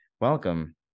welcome